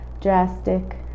drastic